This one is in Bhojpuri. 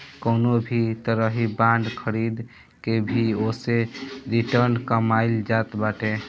कवनो भी तरही बांड खरीद के भी ओसे रिटर्न कमाईल जात बाटे